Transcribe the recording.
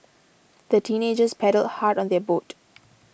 the teenagers paddled hard on their boat